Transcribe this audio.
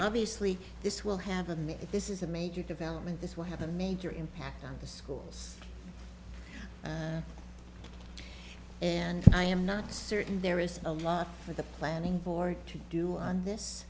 obviously this will have a minute this is a major development this will have a major impact on the schools and i am not certain there is a lot for the planning board to do on this